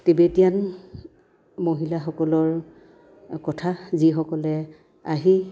Tibetan মহিলাসকলৰ কথা যিসকলে আহি